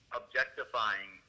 objectifying